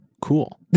Cool